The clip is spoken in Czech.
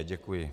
Děkuji.